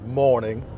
morning